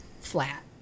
flat